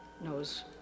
knows